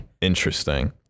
interesting